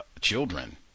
children